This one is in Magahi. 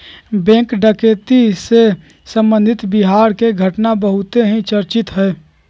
बैंक डकैती से संबंधित बिहार के घटना बहुत ही चर्चित हई